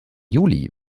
juli